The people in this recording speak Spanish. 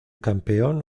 campeón